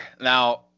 Now